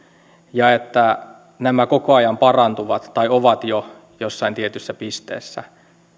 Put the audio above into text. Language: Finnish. ja että nämä koko ajan parantuvat tai ovat jo jossain tietyssä pisteessä